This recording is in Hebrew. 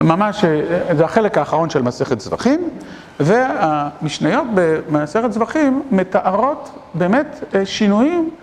ממש, זה החלק האחרון של מסכת זבכים, והמשניות במסכת זבכים מתארות באמת שינויים.